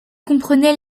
comprenait